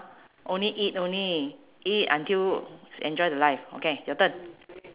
only eat only eat until enjoy the life okay your turn